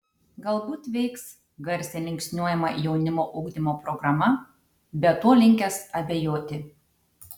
galbūt veiks garsiai linksniuojama jaunimo ugdymo programa bet tuo linkęs abejoti